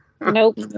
Nope